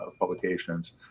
publications